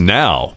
now